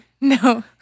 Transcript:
No